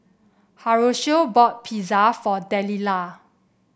Horacio bought Pizza for Delila